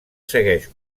segueix